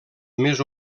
més